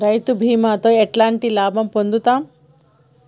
రైతు బీమాతో ఎట్లాంటి లాభం పొందుతం?